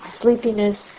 sleepiness